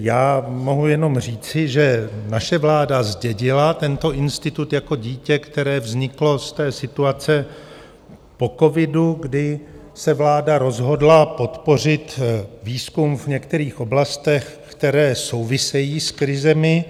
Já mohu jenom říci, že naše vláda zdědila tento institut jako dítě, které vzniklo z té situace po covidu, kdy se vláda rozhodla podpořit výzkum v některých oblastech, které souvisejí s krizemi.